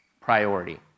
priority